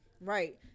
Right